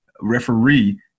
referee